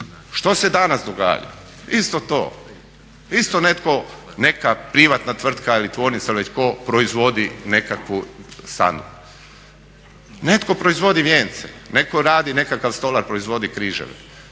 Što se danas događa? Isto to. isto netko neka privatna tvrtka ili tvornica ili već tko proizvodi nekakvu, netko proizvodi vijence, netko radi nekakav stolar proizvodi križeve